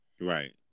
right